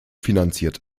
finanziert